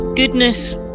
goodness